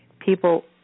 People